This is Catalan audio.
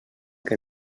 que